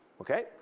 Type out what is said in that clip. Okay